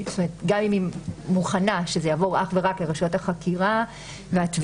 כלומר גם אם היא מוכנה שזה יעבור אך ורק לרשויות החקירה והתביעה,